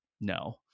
no